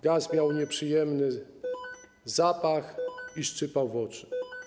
Gaz miał nieprzyjemny zapach i szczypał w oczy.